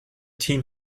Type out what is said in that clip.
team